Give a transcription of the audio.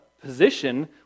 position